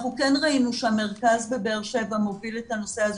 אנחנו כן ראינו שהמרכז בבאר שבע מוביל את הנושא הזה